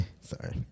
Sorry